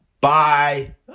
Bye